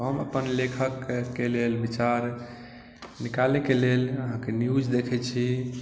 हम अपन लेखक के लेल विचार निकालै के लेल अहाँके न्यूज़ देखै छी